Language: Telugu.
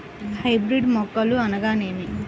హైబ్రిడ్ మొక్కలు అనగానేమి?